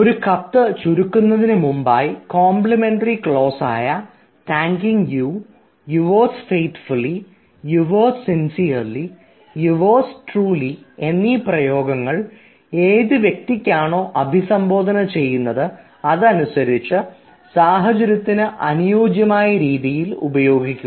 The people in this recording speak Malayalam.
ഒരു കത്ത് ചുരുക്കുന്നതിനു മുമ്പായി കോംപ്ലിമെൻററി ക്ലോസായ thanking you yours faithfully yours sincerely yours truly എന്നീ പ്രയോഗങ്ങൾ ഏതു വ്യക്തിയാണോ അഭിസംബോധന ചെയ്യുന്നത് അതനുസരിച്ച് സാഹചര്യത്തിന് അനുയോജ്യമായ രീതിയിൽ ഉപയോഗിക്കുക